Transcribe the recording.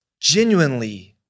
genuinely